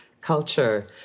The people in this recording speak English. culture